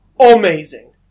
amazing